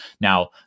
Now